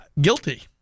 guilty